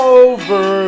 over